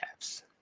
apps